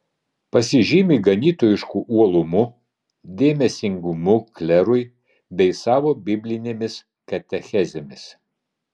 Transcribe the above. pasižymi ganytojišku uolumu dėmesingumu klerui bei savo biblinėmis katechezėmis